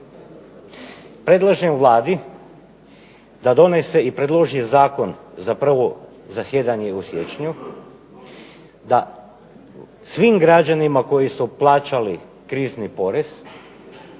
Predlažem Vladi da donese i predloži zakon za prvo zasjedanje u siječnju, da svim građanima koji su plaćali krizni porez